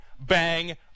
bang